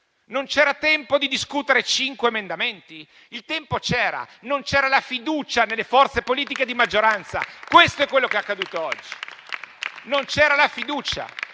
fosse tempo di discutere cinque emendamenti. Il tempo c'era, non c'era la fiducia nelle forze politiche di maggioranza. Questo è ciò che è accaduto oggi: non c'era la fiducia.